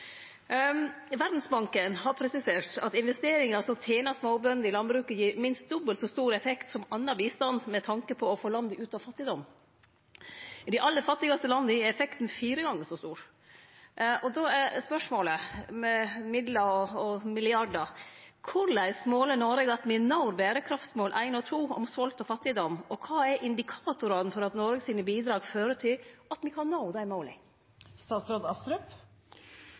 landbruket, gir minst dobbelt så stor effekt som annan bistand, med tanke på å få landet ut av fattigdom. I dei aller fattigaste landa er effekten fire gongar så stor. Då er spørsmålet, med omsyn til midlar og milliardar: Korleis måler Noreg at me når berekraftsmål nr. 1 og berekraftsmål nr. 2, om svolt og fattigdom, og kva er indikatorane for at Noregs bidrag fører til at me kan nå dei måla?